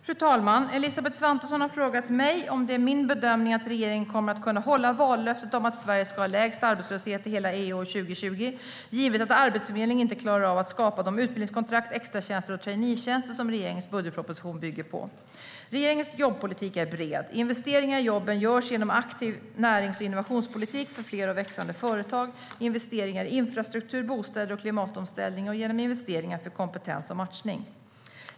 Fru talman! Elisabeth Svantesson har frågat mig om det är min bedömning att regeringen kommer att kunna hålla vallöftet om att Sverige ska ha lägst arbetslöshet i hela EU år 2020 givet att Arbetsförmedlingen inte klarar av att skapa de utbildningskontrakt, extratjänster och traineetjänster som regeringens budgetproposition bygger på. Regeringens jobbpolitik är bred. Investeringar i jobben görs genom en aktiv närings och innovationspolitik för fler och växande företag, investeringar i infrastruktur, bostäder och klimatomställning och investeringar för kompetens och matchning.